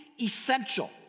essential